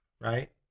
right